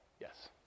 Yes